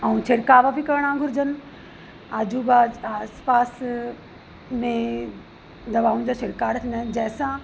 ऐं छिड़काव बि करिणा घुरिजनि आजूबाजू आस पास में दवाऊं जो छिड़काव थींदा आहिनि जंहिंसां